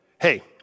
hey